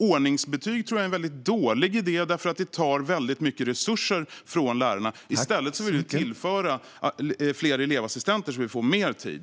Ordningsbetyg tror jag är en väldigt dålig idé, eftersom det tar mycket resurser från lärarna. I stället vill vi tillföra fler elevassistenter så att lärarna får mer tid.